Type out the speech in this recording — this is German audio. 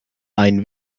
ein